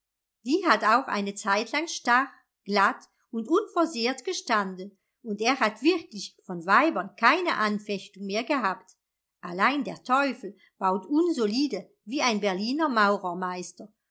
die hat auch eine zeitlang starr glatt und unversehrt gestanden und er hat wirklich von weibern keine anfechtung mehr gehabt allein der teufel baut unsolide wie ein berliner maurermeister